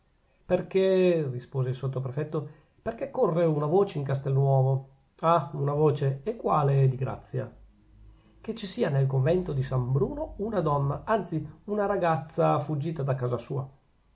perchè rispose il sottoprefetto perchè corre una voce in castelnuovo ah una voce e quale di grazia che ci sia nel convento di san bruno una donna anzi una ragazza fuggita da casa sua